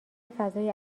فضای